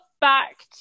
back